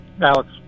Alex